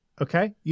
okay